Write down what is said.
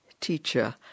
teacher